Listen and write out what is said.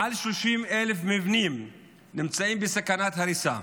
מעל 30,000 מבנים נמצאים בסכנת הריסה,